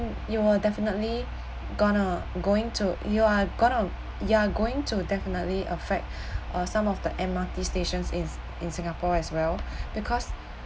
you will definitely gonna going to you are gonna you're going to definitely affect uh some of the M_R_T stations in in singapore as well because